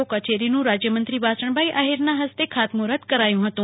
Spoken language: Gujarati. ઓ કચેરીનુંરાજયમંત્રીશ્રી વાસણભાઇ આહિરના હસ્તે ખાતમૂહૂર્ત કરાયું હતું